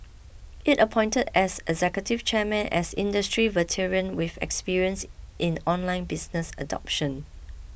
it appointed as executive chairman as industry veteran with experience in online business adoption